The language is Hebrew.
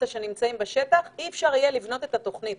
שנמצאים בשטח לא ניתן יהיה לבנות את התוכנית.